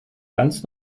ganz